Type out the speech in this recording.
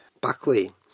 Buckley